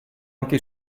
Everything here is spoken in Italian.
anche